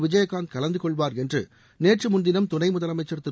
விஜயகாந்த் கலந்து கொள்வார் என்று நேற்று முன்தினம் துணை முதலமைச்சர் திரு